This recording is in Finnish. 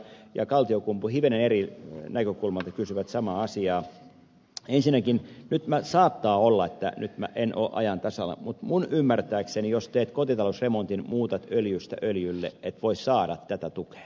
kaltiokumpu hivenen eri näkökulmasta kysyivät samaa asiaa ensinnäkin saattaa olla että nyt minä en ole ajan tasalla mutta ymmärtääkseni jos teet kotitalousremontin muutat öljystä öljylle et voi saada tätä tukea